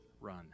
run